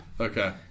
Okay